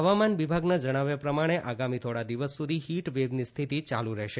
હવામાન વિભાગના જણાવ્યા પ્રમાણે આગામી થોડા દિવસ સુધી હીટ વેવની સ્થિતિ યાલુ રહેશે